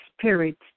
spirit